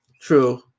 True